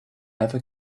ever